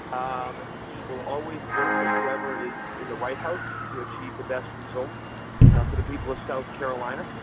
um he will always work with whoever is in the white house to achieve the best results for the people of south carolina.